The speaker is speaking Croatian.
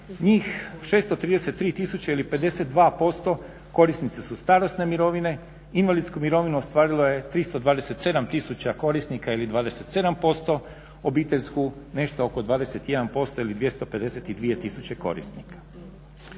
njih 633 tisuće ili 52% korisnici su starosne mirovine. Invalidsku mirovinu ostvarilo je 327 tisuća korisnika ili 27%. Obiteljsku nešto oko 21% ili 252 tisuće korisnika.